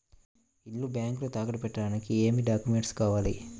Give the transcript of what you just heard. ఇల్లు బ్యాంకులో తాకట్టు పెట్టడానికి ఏమి డాక్యూమెంట్స్ కావాలి?